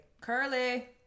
curly